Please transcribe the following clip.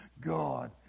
God